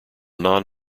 non